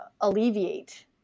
alleviate